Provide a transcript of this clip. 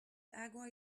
agua